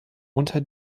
unter